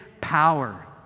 power